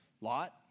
Lot